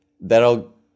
that'll